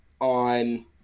on